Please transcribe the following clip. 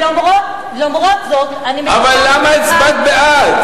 ולמרות זאת, אבל למה הצבעת בעד?